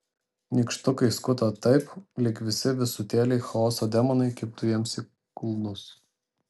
nykštukai skuto taip lyg visi visutėliai chaoso demonai kibtų jiems į kulnus